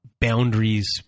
boundaries